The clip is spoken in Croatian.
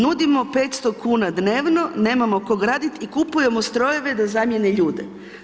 Nudimo 500 kuna dnevno, nemamo kog radit i kupujemo strojeve da zamijene ljude.